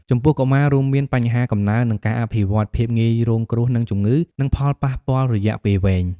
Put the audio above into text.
ចំពោះកុមារ រួមមាន បញ្ហាកំណើន និងការអភិវឌ្ឍន៍ ភាពងាយរងគ្រោះនឹងជំងឺ និងផលប៉ះពាល់រយៈពេលវែង។